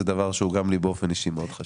זה דבר שגם לי באופן אישי הוא מאוד חשוב.